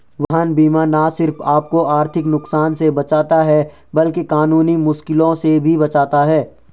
वाहन बीमा न सिर्फ आपको आर्थिक नुकसान से बचाता है, बल्कि कानूनी मुश्किलों से भी बचाता है